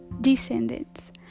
descendants